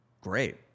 great